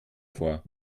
vor